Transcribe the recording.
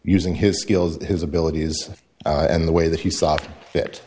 using his skills his abilities and the way that he saw fit